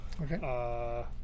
Okay